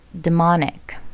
demonic